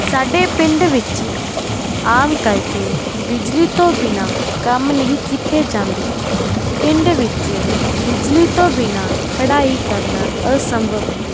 ਸਾਡੇ ਪਿੰਡ ਵਿੱਚ ਆਮ ਕਰਕੇ ਬਿਜਲੀ ਤੋਂ ਬਿਨਾਂ ਕੰਮ ਨਹੀਂ ਕੀਤੇ ਜਾਂਦੇ ਪਿੰਡ ਵਿੱਚ ਬਿਜਲੀ ਤੋਂ ਬਿਨਾਂ ਪੜ੍ਹਾਈ ਕਰਨਾ ਅਸੰਭਵ ਹੈ